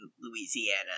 Louisiana